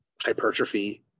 Hypertrophy